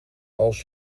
als